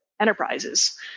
enterprises